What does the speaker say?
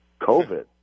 COVID